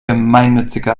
gemeinnützige